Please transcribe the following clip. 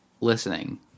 listening